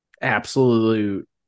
absolute